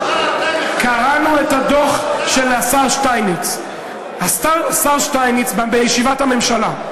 קראנו את הדוח של השר שטייניץ בישיבת הממשלה.